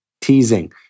Teasing